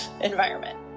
environment